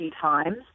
times